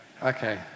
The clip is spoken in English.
Okay